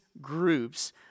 groups